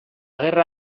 gerra